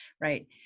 right